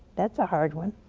that's a hard one.